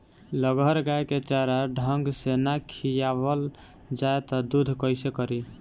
लगहर गाय के चारा ढंग से ना खियावल जाई त दूध कईसे करी